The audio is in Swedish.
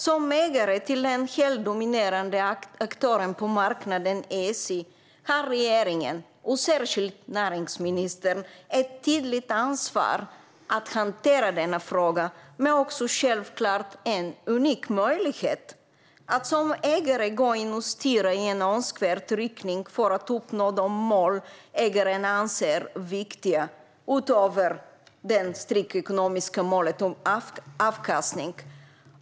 Som ägare till den helt dominerande aktören på marknaden, SJ, har regeringen och särskilt näringsministern ett tydligt ansvar för att hantera denna fråga och givetvis en unik möjlighet att som ägare gå in och styra i önskvärd riktning för att uppnå de mål ägaren anser viktiga utöver det strikt ekonomiska målet om avkastning.